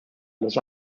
los